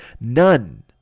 None